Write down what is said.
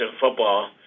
football